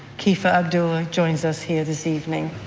kifah abduallah joins us here this evening.